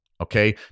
Okay